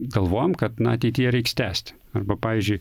galvojam kad na ateityje reiks tęsti arba pavyzdžiui